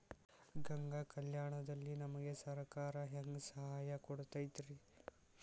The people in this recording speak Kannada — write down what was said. ಗಂಗಾ ಕಲ್ಯಾಣ ದಲ್ಲಿ ನಮಗೆ ಸರಕಾರ ಹೆಂಗ್ ಸಹಾಯ ಕೊಡುತೈತ್ರಿ?